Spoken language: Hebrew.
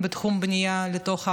בתחום הבנייה, לתוך הארץ,